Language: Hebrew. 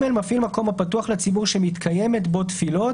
מפעיל מקום הפתוח לציבור שמתקיימות בו תפילות,